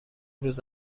روز